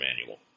manual